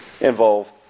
involve